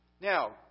Now